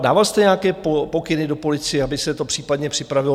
Dával jste nějaké pokyny do policie, aby se to případně připravilo?